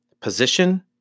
position